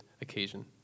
occasion